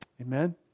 Amen